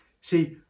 see